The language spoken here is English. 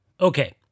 Okay